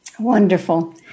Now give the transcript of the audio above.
Wonderful